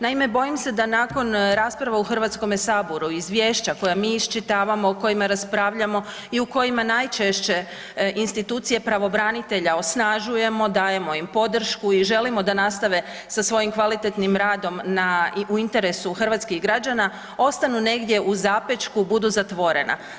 Naime, bojim se da nakon rasprave u HS izvješća koja mi iščitavamo, o kojima raspravljamo i u kojima najčešće institucije pravobranitelja osnažujemo, dajemo im podršku i želimo da nastave sa svojim kvalitetnim radom u interesu hrvatskih građana, ostanu negdje u zapećku budu zatvorena.